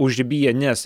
užribyje nes